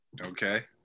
Okay